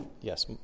yes